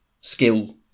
skill